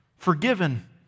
Forgiven